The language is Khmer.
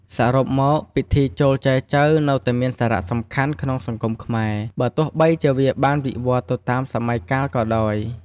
សរុបមក ពិធីចូលចែចូវនៅតែមានសារៈសំខាន់ក្នុងសង្គមខ្មែរ បើទោះបីជាវាបានវិវឌ្ឍន៍ទៅតាមសម័យកាលក៏ដោយ។